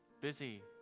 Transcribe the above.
busy